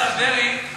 השר דרעי,